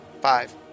Five